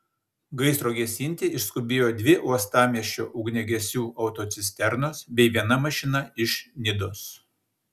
gaisro gesinti išskubėjo dvi uostamiesčio ugniagesių autocisternos bei viena mašina iš nidos